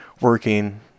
working